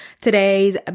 today's